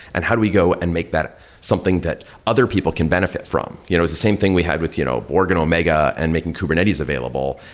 and we go and make that something that other people can benefit from? you know it's the same thing we had with you know borg and omega and making kubernetes available.